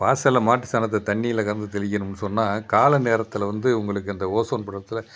வாசலில் மாட்டு சாணத்தை தண்ணியில் கலந்து தெளிக்கணும்னு சொன்னால் காலை நேரத்தில் வந்து உங்களுக்கும் அந்த ஓசோன் படலத்தில்